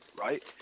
right